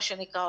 מה שנקרא,